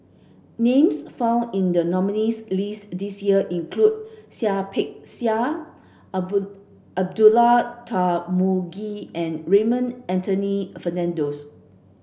names found in the nominees' list this year include Seah Peck Seah Abdullah Tarmugi and Raymond Anthony Fernando's